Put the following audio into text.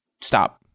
stop